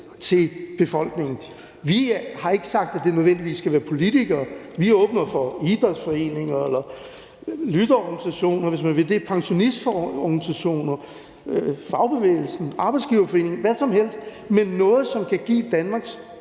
til befolkningen. Vi har ikke sagt, at det nødvendigvis skal være politikere; vi er åbne for idrætsforeninger, lytterorganisationer, hvis man vil det, pensionistorganisationer, fagbevægelsen, arbejdsgiverforening eller hvad som helst. Men det skal være noget,